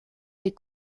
des